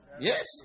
Yes